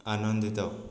ଆନନ୍ଦିତ